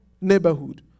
neighborhood